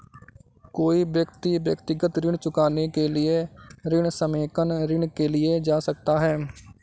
कोई व्यक्ति व्यक्तिगत ऋण चुकाने के लिए ऋण समेकन ऋण के लिए जा सकता है